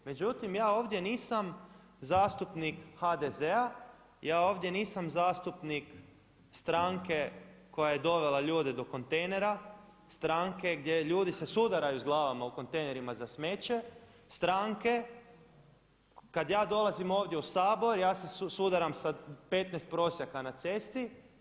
Međutim, ja ovdje nisam zastupnik HDZ-a, ja ovdje nisam zastupnik stranke koja je dovela ljude do kontejnera, stranke gdje ljudi se sudaraju s glavama u kontejnerima za smeće, stranke kad ja dolazim ovdje u Sabor ja se sudaram sa 15 prosjaka na cesti.